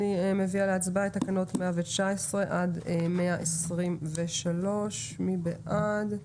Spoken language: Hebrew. אני מביאה להצבעה את אישור תקנות מספר 119 עד 123. מי בעד?